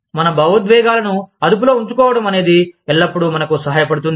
మన భావోద్వేగాలను అదుపులో ఉంచుకోవడం అనేది ఎల్లప్పుడూ మనకు సహాయపడుతుంది